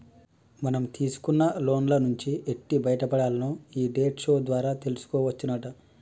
మనం తీసుకున్న లోన్ల నుంచి ఎట్టి బయటపడాల్నో ఈ డెట్ షో ద్వారా తెలుసుకోవచ్చునట